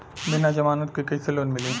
बिना जमानत क कइसे लोन मिली?